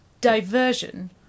diversion